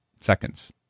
seconds